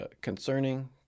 concerning